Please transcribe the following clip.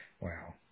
Wow